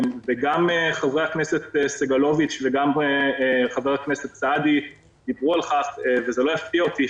וגם חברי הכנסת סגלוביץ' וסעדי דיברו על כך וזה לא יפתיע אותי,